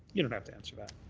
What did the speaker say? you don't have to answer that.